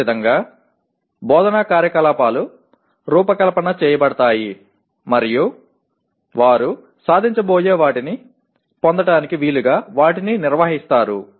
అదేవిధంగా బోధనా కార్యకలాపాలు రూపకల్పన చేయబడతాయి మరియు వారు సాధించబోయే వాటిని పొందటానికి వీలుగా వాటిని నిర్వహిస్తారు